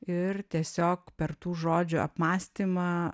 ir tiesiog per tų žodžių apmąstymą